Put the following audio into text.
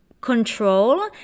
control